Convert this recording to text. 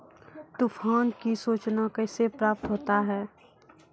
तुफान की सुचना कैसे प्राप्त होता हैं?